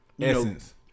essence